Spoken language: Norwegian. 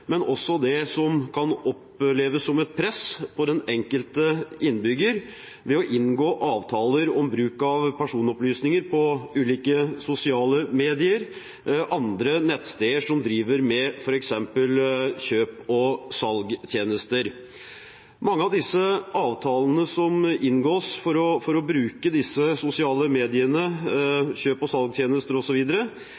men også det som kan oppleves som et press på den enkelte innbygger om å inngå avtaler om bruk av personopplysninger på ulike sosiale medier og andre nettsteder som driver med f.eks. kjøps- og salgstjenester. Mange av de avtalene som inngås for å bruke disse sosiale mediene,